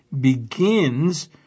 begins